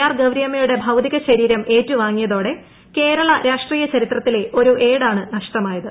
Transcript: R ഗൌരിമ്മയുടെ ഭൌതികശരീരം ഏറ്റുവാങ്ങിയതോടെ കേരള രാഷ്ട്രീയ ചരിത്രത്തിലെ ഒരു ഏടാണ് നഷ്ടമായത്